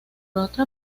otra